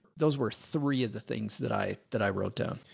those were three of the things that i, that i wrote down.